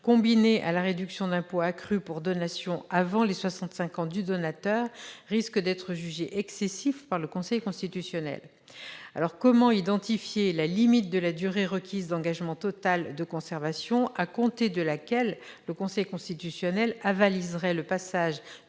combiné à la réduction d'impôt accrue pour donation avant les soixante-cinq ans du donateur risque d'être jugé excessif par le Conseil constitutionnel. Comment identifier la limite de la durée requise d'engagement total de conservation à compter de laquelle le Conseil constitutionnel avaliserait le passage